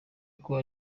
uko